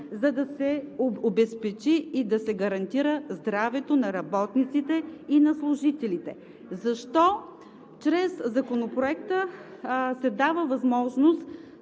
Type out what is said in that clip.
за да се обезпечи и гарантира здравето на работниците и на служителите. Защо чрез Законопроекта се дава възможност